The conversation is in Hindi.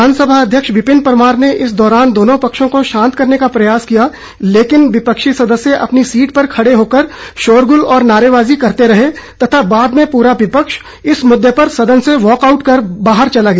विधानसभा अध्यक्ष विपिन परमार ने इस दौरान दोनों पक्षों को शांत करने का प्रयास किया लेकिन विपक्षी सदस्य अपनी सीट पर खड़े होकर शोरगुल और नारेबाजी करते रहे तथा बाद में पूरा विपक्ष इस मुद्दे पर सदन से वॉकआउट कर बाहर चला गया